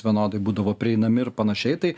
vienodai būdavo prieinami ir panašiai tai